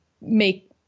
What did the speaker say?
make